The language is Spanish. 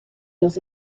los